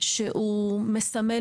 שהוא סמל